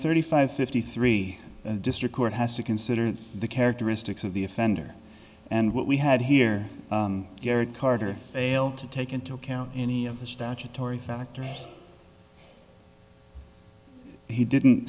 thirty five fifty three district court has to consider the characteristics of the offender and what we had here gary carter fail to take into account any of the statutory factors he didn't